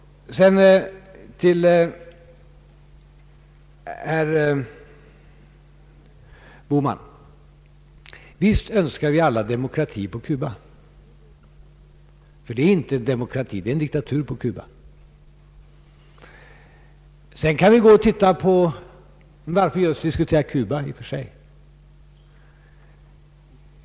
Till herr Bohman vill jag säga: Visst önskar vi alla demokrati på Cuba; där råder inte demokrati utan diktatur. Sedan kan vi fråga varför vi i och för sig diskuterar Cuba.